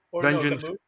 vengeance